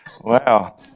Wow